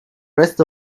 rest